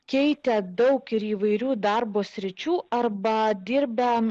keitę daug ir įvairių darbo sričių arba dirbę